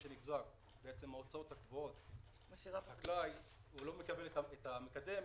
בעצם ההוצאות הקבועות של החקלאי הוא לא מקבל את המקדם